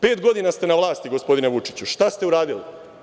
Pet godina ste na vlasti, gospodine Vučiću, šta ste uradili?